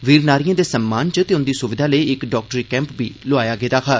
वीरनारियें दे सम्मान च ते उन्दी सुविधा लेई इक डाक्टरी कैम्प बी लोआया गेदा हा